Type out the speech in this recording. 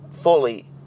Fully